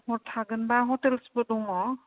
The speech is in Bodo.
हर थागोनबा हटेलसबो दङ